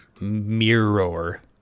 Mirror